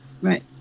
Right